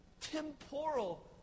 temporal